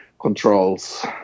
controls